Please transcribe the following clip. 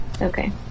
Okay